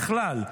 בכלל,